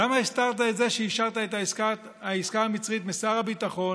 למה הסתרת את זה שאישרת את העסקה המצרית משר הביטחון,